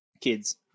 kids